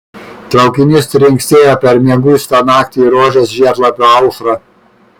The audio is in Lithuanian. traukinys trinksėjo per mieguistą naktį į rožės žiedlapio aušrą